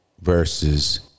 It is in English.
versus